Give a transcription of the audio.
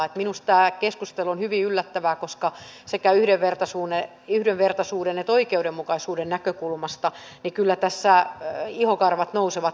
minusta tämä keskustelu on hyvin yllättävää koska sekä yhdenvertaisuuden että oikeudenmukaisuuden näkökulmasta kyllä tässä ihokarvat nousevat pystyyn